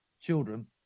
children